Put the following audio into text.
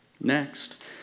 Next